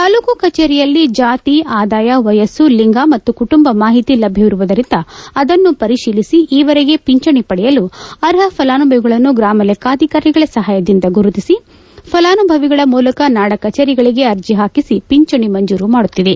ತಾಲೂಕು ಕಚೇರಿಯಲ್ಲಿ ಜಾತಿ ಆದಾಯ ವಯಸ್ಸು ಲಿಂಗ ಮತ್ತು ಕುಟುಂಬದ ಮಾಹಿತಿ ಲಭ್ಯವಿರುವುದರಿಂದ ಅದನ್ನು ಪರಿಶೀಲಿಸಿ ಈವರೆಗೆ ಪಿಂಚಣಿ ಪಡೆಯಲು ಅರ್ಹ ಫಲಾನುಭವಿಗಳನ್ನು ಗ್ರಾಮಲೆಕ್ಕಾಧಿಕಾರಿಗಳ ಸಹಾಯದಿಂದ ಗುರುತಿಸಿ ಫಲಾನುಭವಿಗಳ ಮೂಲಕ ನಾಡಕಚೇರಿಗಳಿಗೆ ಅರ್ಜಿ ಹಾಕಿಸಿ ಪಿಂಚಣಿ ಮಂಜೂರು ಮಾಡುತ್ತಿದೆ